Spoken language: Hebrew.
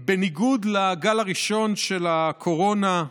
בניגוד לגל הראשון של הקורונה,